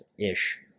ish